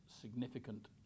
significant